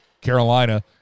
Carolina